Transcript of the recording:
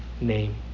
name